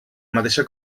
mateixa